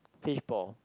fishball